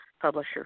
publisher